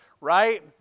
right